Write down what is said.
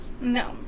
No